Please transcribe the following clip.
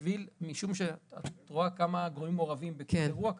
משום שאת רואה כמה גורמים מעורבים בכל אירוע כזה,